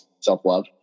self-love